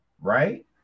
right